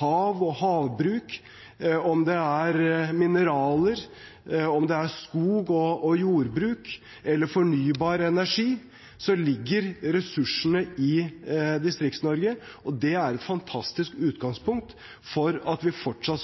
hav og havbruk, om det er mineraler, om det er skog- og jordbruk eller fornybar energi, så ligger ressursene i Distrikts-Norge, og det er et fantastisk utgangspunkt for at vi fortsatt